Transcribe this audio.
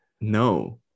No